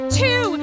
two